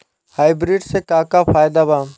Hybrid से का का फायदा बा?